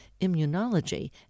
Immunology